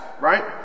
Right